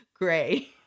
Gray